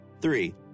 three